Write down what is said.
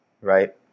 right